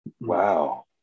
Wow